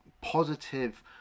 positive